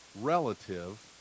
relative